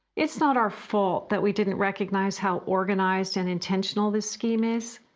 it's not our fault that we didn't recognize how organized and intentional this scheme is.